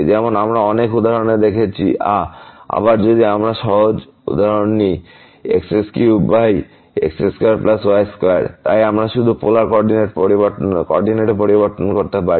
যেমন আমরা অনেক উদাহরণে দেখেছি আহ আবার যদি আমরা সহজ উদাহরণ নিই x3x2y2 তাই আমরা শুধু পোলার কোঅরডিনেট পরিবর্তন করতে পারি